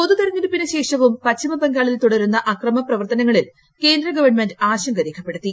പൊതുതിരഞ്ഞെടുപ്പിനുശേഷവും പശ്ചിമ ബംഗാളിൽ തുട രുന്ന അക്രമ പ്രവർത്തനങ്ങളിൽ കേന്ദ്ര ഗവൺമെന്റ് ആശങ്ക രേഖപ്പെടുത്തി